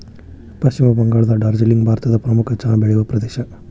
ಪಶ್ಚಿಮ ಬಂಗಾಳದ ಡಾರ್ಜಿಲಿಂಗ್ ಭಾರತದ ಪ್ರಮುಖ ಚಹಾ ಬೆಳೆಯುವ ಪ್ರದೇಶ